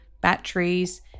batteries